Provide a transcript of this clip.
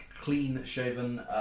clean-shaven